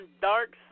Dark